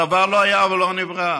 הדבר לא היה ולא נברא.